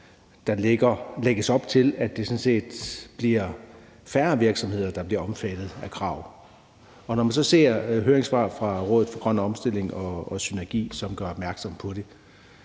der lægges op til, at det sådan set bliver færre virksomheder, der bliver omfattet af krav, og når man ser høringssvarene fra Rådet for Grøn Omstilling og SYNERGI, som gør opmærksom på det,